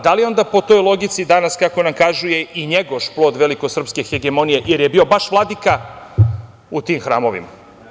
Da li onda po toj logici danas kako nam kažu, je i Njegoš plod veliko srpske hegemonije, jer je bio vaš vladika u tim hramovima.